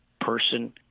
person